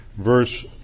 verse